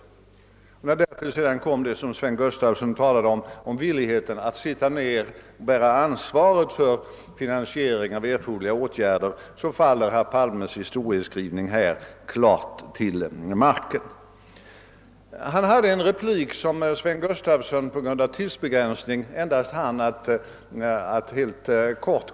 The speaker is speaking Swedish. Med hänsyn till det som Sven Gustafson här sade om villigheten att vara med om att bära ansvaret för finansiering av erforderliga åtgärder faller herr Palmes historieskrivning till marken. Herr Palme gav en replik som Sven Gustafson på grund av tidsbegränsningen endast hann att kommentera helt kort.